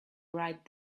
right